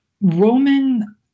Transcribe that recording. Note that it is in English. Roman